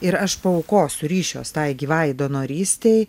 ir aš paaukosiu ryšiuos tai gyvai donorystei